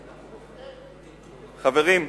חברים,